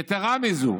יתרה מזו,